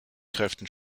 kräften